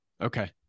okay